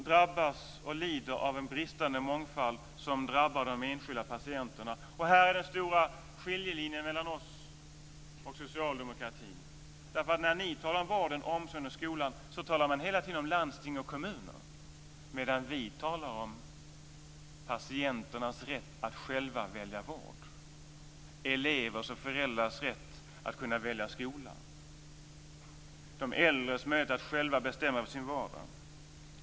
De lider av bristande mångfald, vilket drabbar de enskilda patienterna. Här finns den stora skiljelinjen mellan oss och socialdemokratin. När ni talar om vården, omsorgen och skolan, talar ni om landsting och kommuner, medan vi talar om patienternas rätt att själva välja vård, elevers och föräldrars rätt att välja skola, de äldres rätt att själva bestämma över sin vardag.